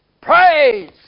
Praise